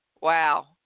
Wow